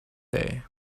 day